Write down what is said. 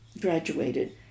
graduated